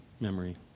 memory